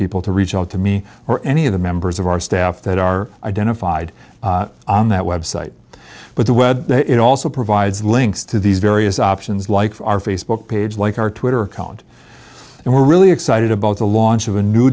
people to reach out to me or any of the members of our staff that are identified on that website but the web it also provides links to these various options like our facebook page like our twitter account and we're really excited about the launch of a new